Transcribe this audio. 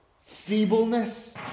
feebleness